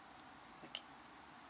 okay